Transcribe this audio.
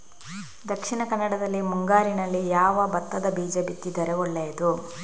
ದಕ್ಷಿಣ ಕನ್ನಡದಲ್ಲಿ ಮುಂಗಾರಿನಲ್ಲಿ ಯಾವ ಭತ್ತದ ಬೀಜ ಬಿತ್ತಿದರೆ ಒಳ್ಳೆಯದು?